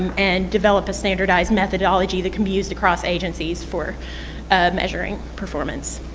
and develop a standardized methodology that can be used across agencies for measuring performance.